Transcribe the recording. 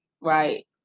Right